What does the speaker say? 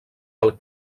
del